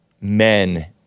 men